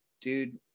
dude